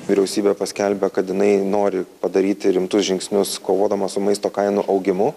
vyriausybė paskelbė kad jinai nori padaryti rimtus žingsnius kovodama su maisto kainų augimu